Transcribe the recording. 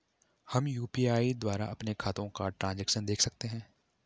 हम यु.पी.आई द्वारा अपने खातों का ट्रैन्ज़ैक्शन देख सकते हैं?